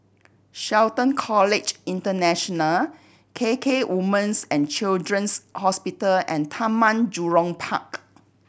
Shelton College International K K Woman's and Children's Hospital and Taman Jurong Park